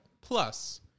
Plus